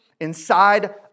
inside